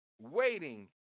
waiting